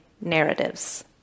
narratives